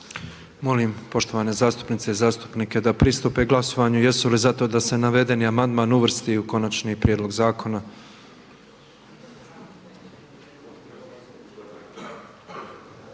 Molim cijenjene zastupnice i zastupnike da pristupe glasovanju tko je za to da se predloženi amandman uvrsti u konačni prijedlog zakona?